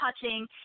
touching